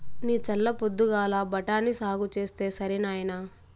నీ చల్ల పొద్దుగాల బఠాని సాగు చేస్తే సరి నాయినా